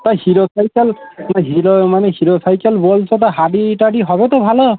ওই Hero cycle ওই Hero মানে হিরো সাইকেল বলছো ওটা হার্ডি টাডি হবে তো ভালো